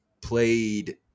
played